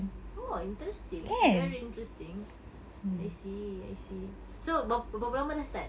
oh interesting very interesting I see I see so berap~ berapa lama dah start